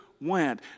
went